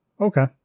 okay